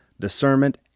discernment